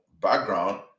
background